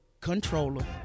controller